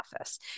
office